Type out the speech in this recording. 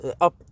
up